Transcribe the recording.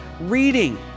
reading